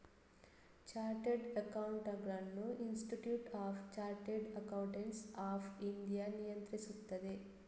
chartered ಅಕೌಂಟೆಂಟುಗಳನ್ನು institute of chartered accountants of India ನಿಯಂತ್ರಿಸುತ್ತದೆ